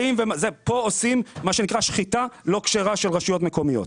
כאן עושים מה שנקרא שחיטה לא כשרה של רשויות מקומיות.